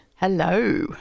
Hello